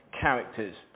characters